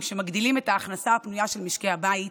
שמגדילים את ההכנסה הפנויה של משקי הבית,